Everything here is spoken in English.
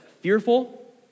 fearful